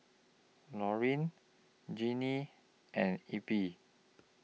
Lorene Jeanine and Eppie